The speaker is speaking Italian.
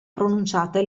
pronunciate